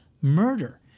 murder